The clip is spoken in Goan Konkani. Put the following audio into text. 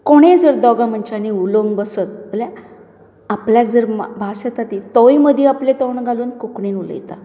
कोणेंय जर दोगां मनशांनी उलोवंक बसत जाल्यार आपल्याक जर भास येता ती तोंय मदीं आपलें तोंड घालून कोंकणींत उलयता